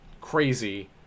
crazy